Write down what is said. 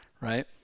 right